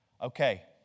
Okay